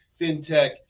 fintech